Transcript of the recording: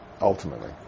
ultimately